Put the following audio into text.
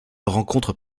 rencontrent